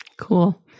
Cool